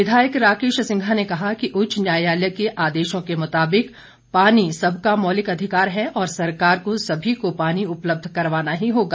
विधायक राकेश सिंघा ने कहा कि उच्च न्यायालय के आदेशों के मुताबिक पानी सबका मौलिक अधिकार है और सरकार को सभी लोगों को पानी उपलब्ध करवाना ही होगा